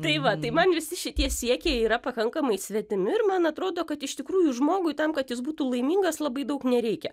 tai va tai man visi šitie siekiai yra pakankamai svetimi ir man atrodo kad iš tikrųjų žmogui tam kad jis būtų laimingas labai daug nereikia